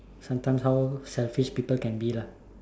sometimes how selfish people can be lah